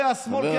הרי השמאל,